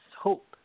hope